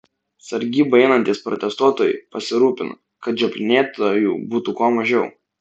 sargybą einantys protestuotojai pasirūpina kad žioplinėtojų būtų kuo mažiau